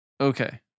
Okay